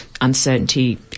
uncertainty